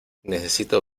necesito